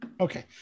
Okay